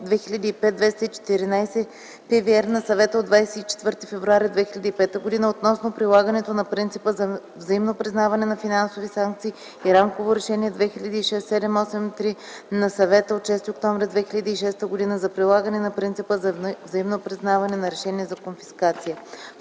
2005/214/ПВР на Съвета от 24 февруари 2005 г. относно прилагането на принципа за взаимно признаване на финансови санкции и Рамково решение 2006/783/ПВР на Съвета от 6 октомври 2006 г. за прилагане на принципа за взаимно признаване на решения за конфискация.